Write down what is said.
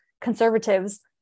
conservatives